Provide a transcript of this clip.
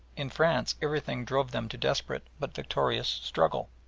in france everything drove them to desperate but victorious struggle.